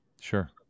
Sure